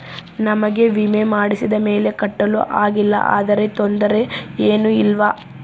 ನಮಗೆ ವಿಮೆ ಮಾಡಿಸಿದ ಮೇಲೆ ಕಟ್ಟಲು ಆಗಿಲ್ಲ ಆದರೆ ತೊಂದರೆ ಏನು ಇಲ್ಲವಾ?